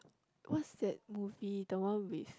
what's that movie the one with